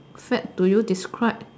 fad do you describe